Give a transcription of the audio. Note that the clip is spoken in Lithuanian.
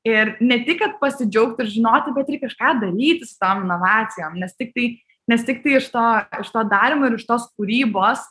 ir ne tik kad pasidžiaugt ir žinoti bet ir kažką daryti su tom inovacijom nes tiktai nes tiktai iš to iš to darymo ir iš tos kūrybos